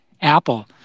Apple